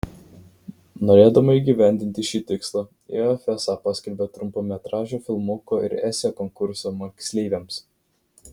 norėdama įgyvendinti šį tikslą if sa paskelbė trumpametražio filmuko ir esė konkursą moksleiviams